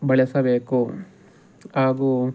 ಬಳಸಬೇಕು ಹಾಗೂ